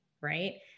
right